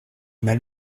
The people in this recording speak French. mal